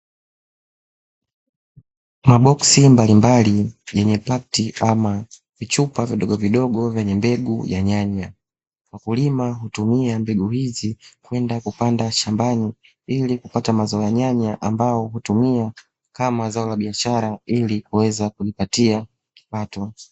Maboksi mbalimbali yenye pakiti ama vichupa vidogo vidogo, vyenye mbegu ya nyanya. Wakulima hutumia mbegu hizi kwenda kupanda shambani, ili kupata mazao ya nyanya ambayo hutumiwa kama zao la biashara ili kuweza kujipatia kipato.